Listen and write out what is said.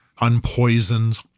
unpoisoned